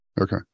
Okay